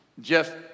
Jeff